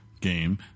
game